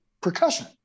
percussion